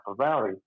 Valley